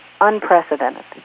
unprecedented